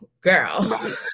girl